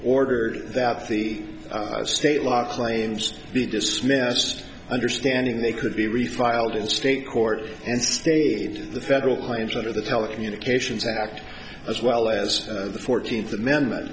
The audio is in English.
ordered that the state law claims be dismissed understanding they could be refiled in state court and state the federal crimes under the telecommunications act as well as the fourteenth amendment